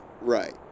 Right